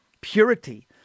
purity